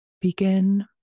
Begin